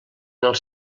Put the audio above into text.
els